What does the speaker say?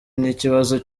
n’ikibazo